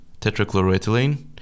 tetrachloroethylene